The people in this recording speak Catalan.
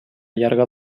llarga